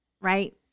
right